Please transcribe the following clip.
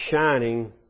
shining